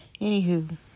Anywho